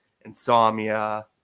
insomnia